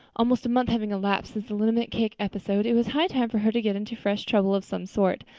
almost a month having elapsed since the liniment cake episode, it was high time for her to get into fresh trouble of some sort,